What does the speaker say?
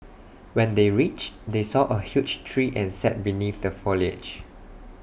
when they reached they saw A huge tree and sat beneath the foliage